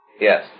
Yes